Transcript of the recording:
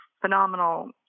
phenomenal